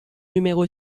numéro